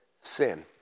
sin